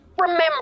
remember